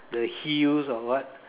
the hills or what